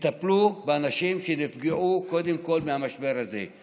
תטפלו באנשים שנפגעו במשבר הזה קודם כול.